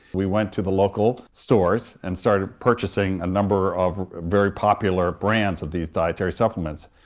we went to the local stores and started purchasing a number of very popular brands of these dietary supplements,